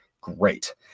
great